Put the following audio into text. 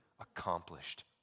accomplished